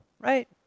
right